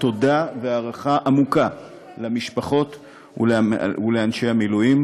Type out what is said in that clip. תודה והערכה עמוקה למשפחות ולאנשי המילואים.